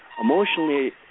emotionally